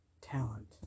talent